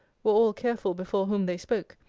were all careful before whom they spoke,